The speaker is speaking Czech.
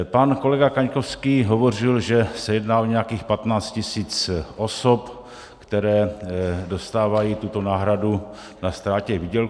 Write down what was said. Pan kolega Kaňkovský hovořil, že se jedná o nějakých 15 tisíc osob, které dostávají tuto náhradu na ztrátě výdělku.